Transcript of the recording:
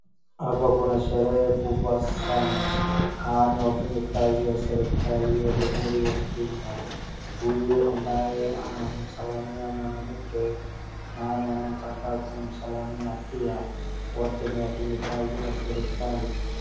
Hapa kuna sherehe kubwa sana. Hawa ni wafanyi kazi wa serikali wa Jamhuri wa Kenya. Huyu ambaye anamsalimia mwanamke, na ye mwanamke anataka kumsalimia pia, wote ni wafanyi kazi wa serikali.